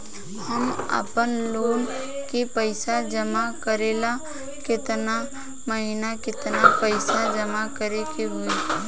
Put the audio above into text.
हम आपनलोन के पइसा जमा करेला केतना महीना केतना पइसा जमा करे के होई?